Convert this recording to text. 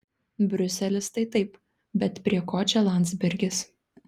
briuselis tai taip bet prie ko čia landsbergis